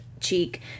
cheek